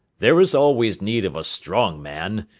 there is always need of a strong man,